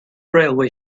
railway